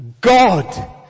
God